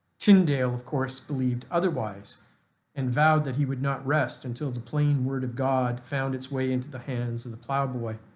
tyndale of course believed otherwise and vowed that he would not rest until the plain word of god found its way into the hands of the plowboy.